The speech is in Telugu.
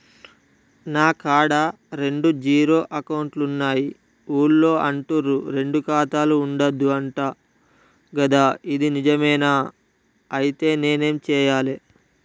నా కాడా రెండు జీరో అకౌంట్లున్నాయి ఊళ్ళో అంటుర్రు రెండు ఖాతాలు ఉండద్దు అంట గదా ఇది నిజమేనా? ఐతే నేనేం చేయాలే?